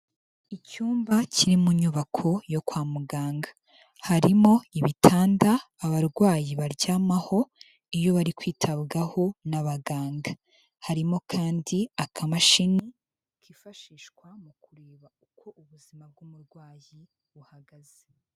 Icyumba kiri mu nyubako yo kwa muganga harimo ibitanda abarwayi baryamaho iyo bari kwitabwaho n'abaganga, harimo kandi akamashini kifashishwa mu kureba uko ubuzima bw'umurwayi buhagaze.